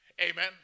Amen